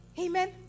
Amen